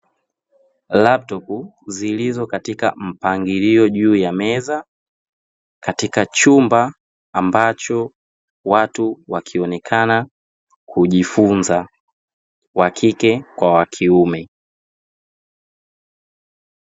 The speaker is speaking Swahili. Laptopu zilizo katika mpangilio juu ya meza katika chumba ambacho watu wakionekana kujifunza wakike kwa wakiume.